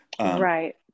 Right